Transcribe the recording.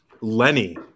Lenny